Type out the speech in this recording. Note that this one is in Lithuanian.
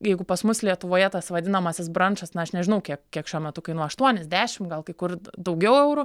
jeigu pas mus lietuvoje tas vadinamasis brančas na aš nežinau kiek kiek šiuo metu kainuo aštuonis dešimt gal kai kur daugiau eurų